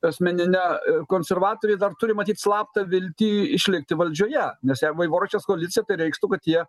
asmenine konservatoriai dar turi matyt slaptą viltį išlikti valdžioje nes jei vaivorykštės koalicija tai reikštų kad jie